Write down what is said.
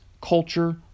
culture